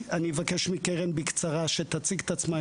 אבקש מקרן שתציג את עצמה,